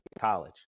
college